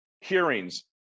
hearings